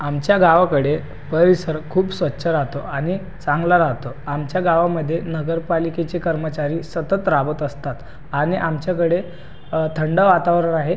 आमच्या गावाकडे परिसर खूप स्वच्छ राहतो आणि चांगला राहतो आमच्या गावामध्ये नगरपालिकेचे कर्मचारी सतत राबत असतात आणि आमच्याकडे थंड वातावरण आहे